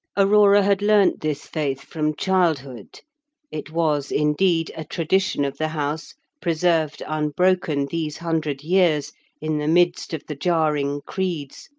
aurora had learnt this faith from childhood it was, indeed, a tradition of the house preserved unbroken these hundred years in the midst of the jarring creeds,